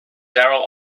darrell